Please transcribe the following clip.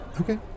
Okay